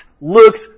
looks